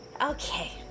Okay